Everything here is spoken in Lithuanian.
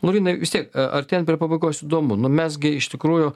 laurynai vis tiek artėjant prie pabaigos įdomu nu mes gi iš tikrųjų